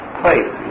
place